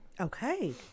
Okay